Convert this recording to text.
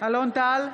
אלון טל,